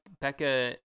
Becca